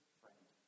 friend